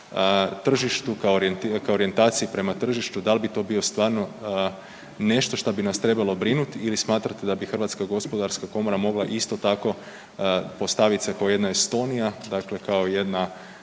kao orijentaciji prema tržištu da li bi to bilo stvarno nešto što bi nas trebalo brinuti ili smatrate da bi Hrvatska gospodarska komora mogla isto tako postavit se kao jedna Estonija, dakle kao jedna